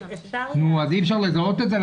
אי אפשר לזהות אותם?